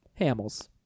Hamels